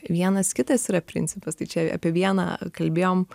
vienas kitas yra principas tai čia apie vieną kalbėjom